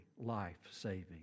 life-saving